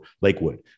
Lakewood